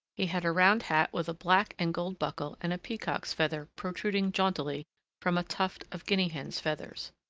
he had a round hat with a black and gold buckle and a peacock's feather protruding jauntily from a tuft of guinea-hen's feathers.